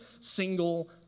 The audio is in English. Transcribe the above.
single